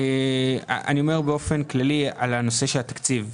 אני אומר באופן כללי על נושא התקציב.